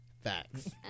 Facts